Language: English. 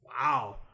Wow